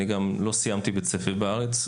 גם לא סיימתי בית-ספר בארץ.